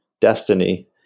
destiny